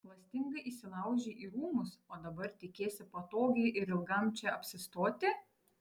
klastingai įšliaužei į rūmus o dabar tikiesi patogiai ir ilgam čia apsistoti